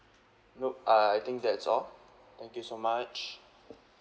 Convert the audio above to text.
nop uh I think that's all thank you so much